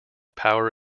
power